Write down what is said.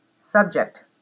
Subject